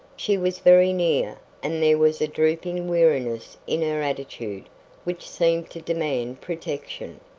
she was very near, and there was a drooping weariness in her attitude which seemed to demand protection.